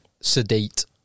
sedate